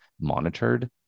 monitored